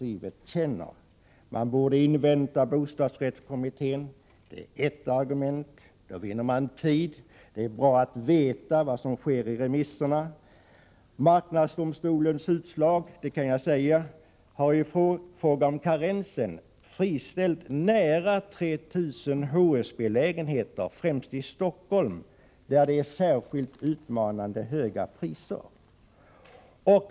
Ett argument är att man borde ha inväntat bostadsrättskommitténs förslag, för då skulle man ha vunnit tid och det är bra att veta vad som sägs i remissvaren. Jag vill här peka på att marknadsdomstolens utslag i fråga om karensen innebär att nära 3 000 HSB-lägenheter friställs, främst i Stockholm där det är särskilt utmanande höga priser.